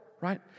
right